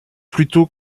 plutôt